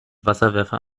wasserwerfer